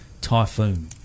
typhoon